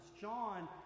john